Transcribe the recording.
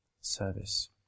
service